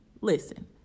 Listen